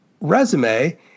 resume